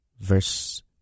verse